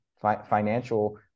financial